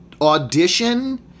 audition